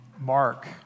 mark